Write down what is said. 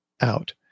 Out